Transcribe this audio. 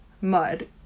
mud